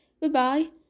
goodbye